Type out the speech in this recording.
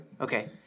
Okay